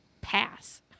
Pass